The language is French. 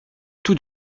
tout